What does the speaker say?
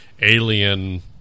alien